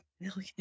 million